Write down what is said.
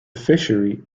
fishery